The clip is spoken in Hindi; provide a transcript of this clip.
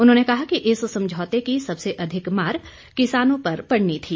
उन्होंने कहा कि इस समझौते की सबसे अधिक मार किसानों पर पड़नी थी